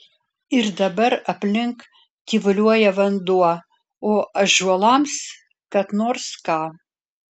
ir dabar aplink tyvuliuoja vanduo o ąžuolams kad nors ką